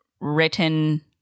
written